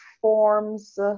forms